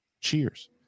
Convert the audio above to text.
Cheers